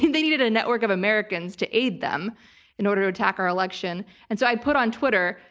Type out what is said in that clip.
they needed a network of americans to aid them in order to attack our election. and so i put on twitter,